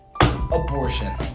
abortion